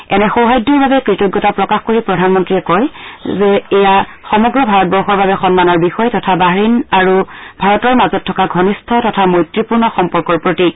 এনে সৌহাদ্যৰ বাবে কৃতজ্ঞতা প্ৰকাশ কৰি প্ৰধানমন্ত্ৰীয়ে কয় এয়া সমগ্ৰ ভাৰতবৰ্ষৰ বাবে সন্মানৰ বিষয় তথা বাহৰেইন আৰু ভাৰতৰ মাজত থকা ঘনিষ্ঠ তথা মৈত্ৰীপূৰ্ণ সম্পৰ্কৰ প্ৰতীক